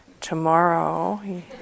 tomorrow